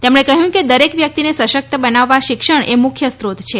તેમણે કહ્યું કે દરેક વ્યક્તિને સશક્ત બનાવવા શિક્ષણએ મુખ્ય સ્ત્રોત છે